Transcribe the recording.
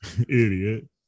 idiot